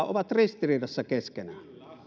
ovat ristiriidassa keskenään